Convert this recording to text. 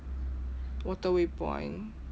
waterway point